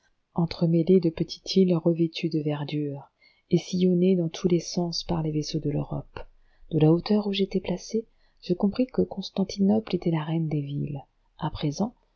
entremêlée de petites îles revêtues de verdure et sillonnée dans tous les sens par les vaisseaux de l'europe de la hauteur où j'étais placé je compris que constantinople était la reine des villes à présent